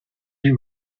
you